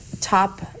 top